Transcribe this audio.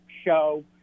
Show